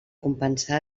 compensar